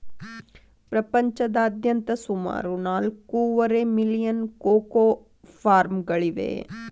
ಪ್ರಪಂಚದಾದ್ಯಂತ ಸುಮಾರು ನಾಲ್ಕೂವರೆ ಮಿಲಿಯನ್ ಕೋಕೋ ಫಾರ್ಮ್ಗಳಿವೆ